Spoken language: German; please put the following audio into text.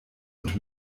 und